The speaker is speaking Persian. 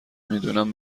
میدونم